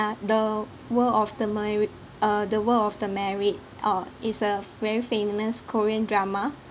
ya the world of the mai~ uh the world of the marriage uh is a very famous korean drama